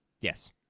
Yes